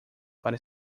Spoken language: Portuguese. para